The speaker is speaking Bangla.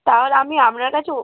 তাহলে আমি আপনার কাছেও